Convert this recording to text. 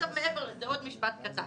מעבר לזה עוד משפט קטן,